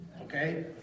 okay